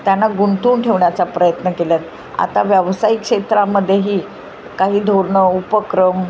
त्यां गुंतवून ठेवण्याचा प्रयत्न केला आहे आता व्यावसायिक क्षेत्रामध्येही काही धोरणं उपक्रम